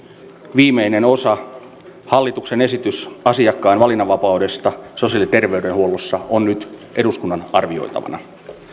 viimeinen osa hallituksen esitys asiakkaan valinnanvapaudesta sosiaali ja terveydenhuollossa on nyt eduskunnan arvioitavana